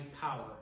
power